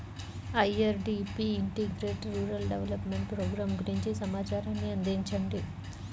IRDP integrated rural development programme గురించి సమాచారాన్ని అందించండి?